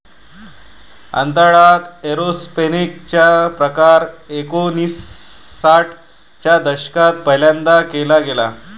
अंतराळात एरोपोनिक्स चा प्रकार एकोणिसाठ च्या दशकात पहिल्यांदा केला गेला